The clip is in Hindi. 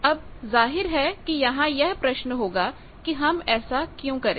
अब जाहिर है कि यहां यह प्रश्न होगा कि हम ऐसा क्यों करें